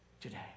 today